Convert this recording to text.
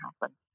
happen